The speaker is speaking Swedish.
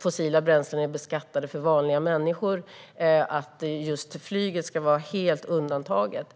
fossila bränslen beskattas för vanliga människor jämfört med att just flyget ska vara helt undantaget.